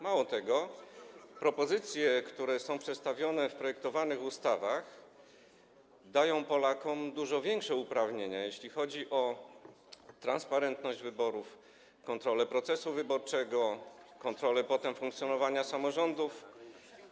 Mało tego, propozycje, które są przedstawione w projektowanych ustawach, dają Polakom duże większe uprawnienia, jeśli chodzi o transparentność wyborów, kontrolę procesu wyborczego, potem kontrolę funkcjonowania samorządów.